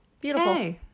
Beautiful